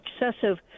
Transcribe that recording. excessive